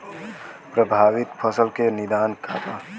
प्रभावित फसल के निदान का बा?